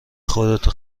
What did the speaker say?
خودتو